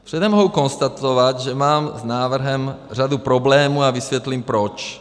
Předem mohu konstatovat, že mám s návrhem řadu problémů, a vysvětlím proč.